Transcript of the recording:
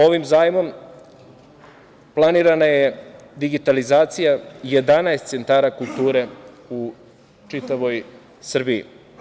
Ovim zajmom planirana je digitalizacija 11 centara kulture u čitavoj Srbiji.